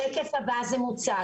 בשקף הבא זה מוצג.